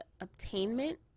obtainment